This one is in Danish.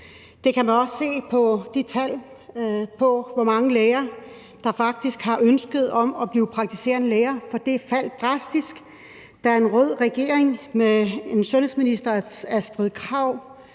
Det kan man også se på tallene over, hvor mange læger der faktisk har det ønske at blive praktiserende læge, for det faldt drastisk, da en rød regering med sundhedsminister Astrid Krag